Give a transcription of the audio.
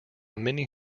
mini